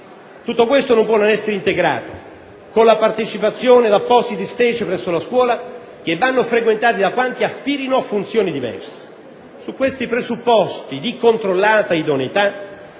Tutto questo non può non essere integrato con la partecipazione ad appositi *stage* presso la scuola, che vanno frequentati da quanti aspirino a funzioni diverse. Su questi presupposti di controllata idoneità,